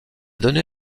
donné